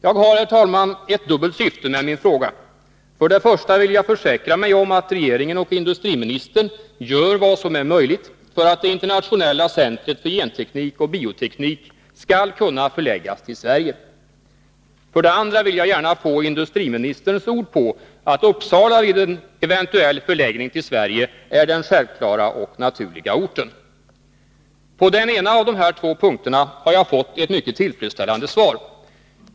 Jag har, herr talman, ett dubbelt syfte med min fråga. För det första vill jag försäkra mig om att regeringen och industriministern gör vad som är möjligt för att det internationella centret för genteknik och bioteknik skall kunna förläggas till Sverige. För det andra vill jag gärna få industriministerns ord på att Uppsala vid en eventuell förläggning till Sverige är den självklara och naturliga orten. På den ena av dessa två punkter har jag fått ett mycket tillfredsställande svar.